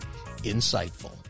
Insightful